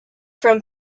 from